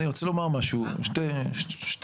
אני רוצה לומר משהו, שתי הערות.